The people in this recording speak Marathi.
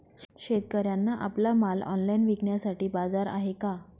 शेतकऱ्यांना आपला माल ऑनलाइन विकण्यासाठी बाजार आहे का?